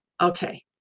okay